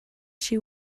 she